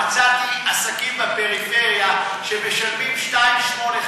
מצאתי עסקים בפריפריה שמשלמים 2.85,